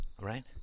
Right